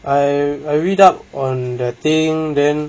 I I read up on the thing then